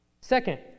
Second